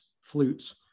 flutes